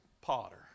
potter